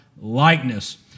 likeness